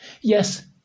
Yes